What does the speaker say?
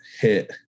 hit